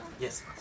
Yes